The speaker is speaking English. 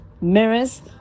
mirrors